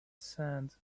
sand